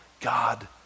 God